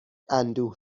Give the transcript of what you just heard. اندوه